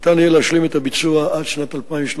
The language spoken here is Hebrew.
הפוגעים באיכות המים.